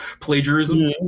plagiarism